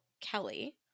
Kelly